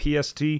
PST